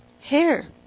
hair